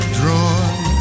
drawn